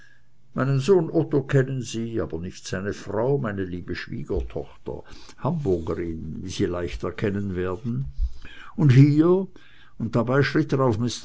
meinen sohn otto kennen sie aber nicht seine frau meine liebe schwiegertochter hamburgerin wie sie leicht erkennen werden und hier und dabei schritt er auf